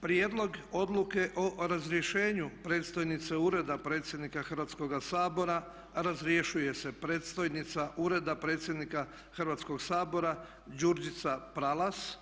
Prijedlog Odluke o razrješenju predstojnice Ureda predsjednika Hrvatskoga sabora razrješuje se predstojnica Ureda predsjednika Hrvatskog sabora Đurđica Pralas.